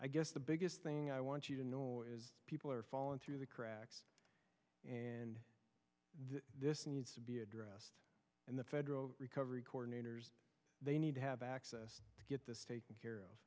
i guess the biggest thing i want you to know is people are falling through the cracks and that this needs to be addressed and the federal recovery coordinators they need to have access to get this taken care of